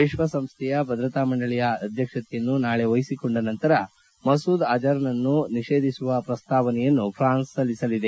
ವಿಶ್ವಸಂಸ್ಥೆಯ ಭದ್ರತಾ ಮಂಡಳಿಯ ಅಧ್ಯಕ್ಷತೆಯನ್ನು ನಾಳೆ ವಹಿಸಿಕೊಂಡ ನಂತರ ಮಸೂದ್ ಅಜರ್ನನ್ನು ನಿಷೇಧಿಸುವ ಪ್ರಸ್ತಾವನೆಯನ್ನು ಫ್ರಾನ್ಸ್ ಸಲ್ಲಿಸಲಿದೆ